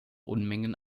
unmengen